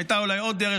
הייתה אולי עוד דרך,